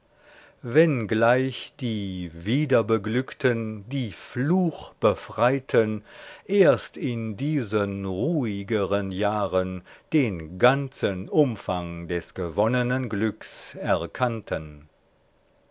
wenn gleich die wiederbeglückten die fluchbefreiten erst in diesen ruhigeren jahren den ganzen umfang des gewonnenen glücks erkannten